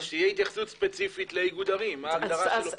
אז שתהיה התייחסות ספציפית לאיגוד ערים מה ההגדרה שלו פה.